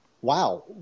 wow